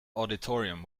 auditorium